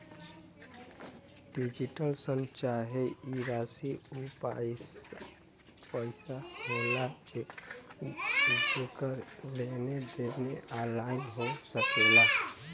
digital शन चाहे ई राशी ऊ पइसा होला जेकर लेन देन ऑनलाइन हो सकेला